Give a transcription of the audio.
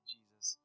Jesus